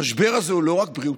המשבר הזה לא רק בריאותי,